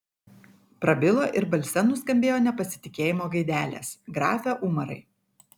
prabilo ir balse nuskambėjo nepasitikėjimo gaidelės grafe umarai